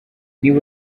niba